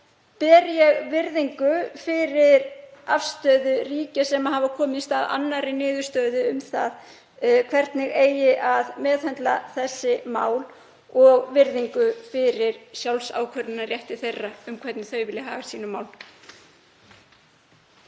ber ég virðingu fyrir afstöðu ríkja sem komist hafa að annarri niðurstöðu um það hvernig eigi að meðhöndla þessi mál. Ég ber virðingu fyrir sjálfsákvörðunarrétti þeirra um hvernig þau vilja haga sínum málum.